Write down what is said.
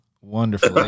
Wonderful